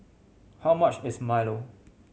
how much is milo